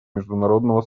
международного